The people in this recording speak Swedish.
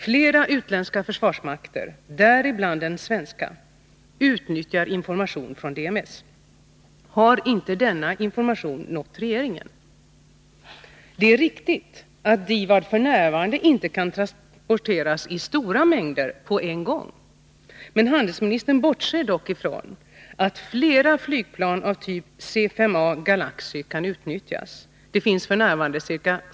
Flera utländska försvarsmakter, däribland den svenska, utnyttjar information från DMS. Har inte denna information nått regeringen? Det är riktigt att DIVAD f. n. inte kan transporteras i stora mängder på en gång. Handelsministern bortser dock ifrån att flera flygplan av typ C-5 A Galaxy kan utnyttjas — det finns f. n.